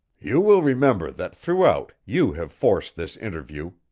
you will remember that throughout you have forced this interview,